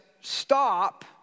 Stop